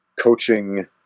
coaching